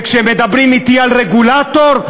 וכשמדברים אתי על רגולטור,